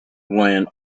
when